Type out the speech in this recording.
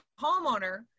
homeowner